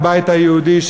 הבית היהודי,